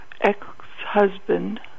ex-husband